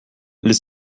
les